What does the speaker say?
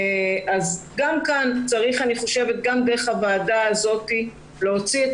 אני חושבת שצריך גם דרך הוועדה הזאת להוציא את